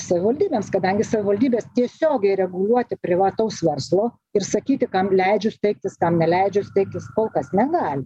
savivaldybėms kadangi savivaldybės tiesiogiai reguliuoti privataus verslo ir sakyti kam leidžiu steigtis kam neleidžiu steigtis kol kas negali